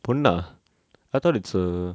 பொண்ணா:ponna I thought it's a